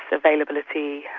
availability,